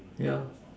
yeah